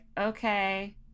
okay